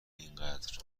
اینقدر